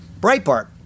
Breitbart